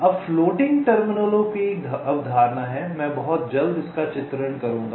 अब फ्लोटिंग टर्मिनलों की एक अवधारणा है मैं बहुत जल्द चित्रण करूंगा